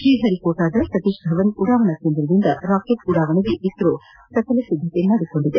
ಶ್ರೀಹರಿಕೋಟಾದ ಸತೀಶ್ ಧವನ್ ಉಡಾವಣ ಕೇಂದ್ರದಿಂದ ರಾಕೆಟ್ ಉಡಾವಣೆಗೆ ಇಸ್ರೋ ಸಕಲಸಿದ್ದತೆ ಮಾಡಿದೆ